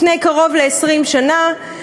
לפני קרוב ל-20 שנה,